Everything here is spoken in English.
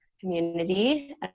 community